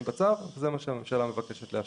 בתוך הצו וזה מה שהממשלה מבקשת לאשר.